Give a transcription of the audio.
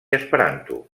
esperanto